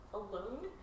alone